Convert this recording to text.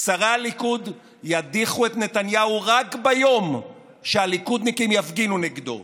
שרי הליכוד ידיחו את נתניהו רק ביום שהליכודניקים יפגינו נגדו.